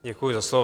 Děkuji za slovo.